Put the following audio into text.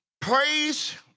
praise